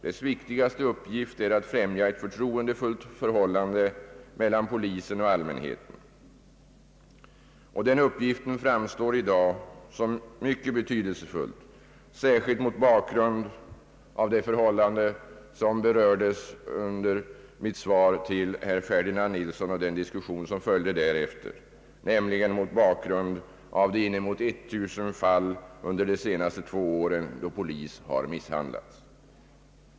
Dess viktigaste uppgift är att främ ja ett förtroendefullt förhållande mellan polisen och allmänheten. Denna uppgift framstår i dag som mycket betydelsefull, särskilt mot bakgrund av de förhållanden som berördes i mitt svar till herr Ferdinand Nilsson och den diskussion som följde därpå, nämligen bl.a. de inemot 1000 fall under de senaste två åren, då polis har misshandlats.